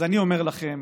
אז אני אומר לכם,